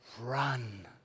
Run